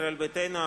ישראל ביתנו,